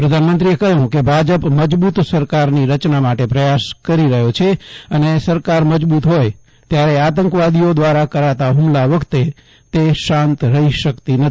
પ્રધાનમંત્રીએ કહ્યું કે ભાજપ મજબૂત સરકારની રચના માટે પ્રયાસકરી રહ્યો છેઅને સરકાર મજબૂત હોય ત્યારે આતંકવાદીઓ દ્વારા કરાતા હુમલા વખતે તે શાંત રહી શકતી નથી